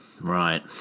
right